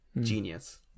Genius